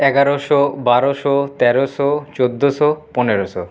এগারোশো বারোশো তেরোশো চোদ্দোশো পনেরোশো